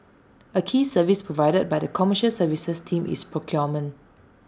A key service provided by the commercial services team is procurement